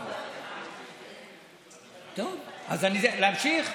טוב, אז להמשיך?